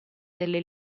delle